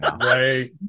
right